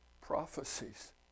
prophecies